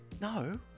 No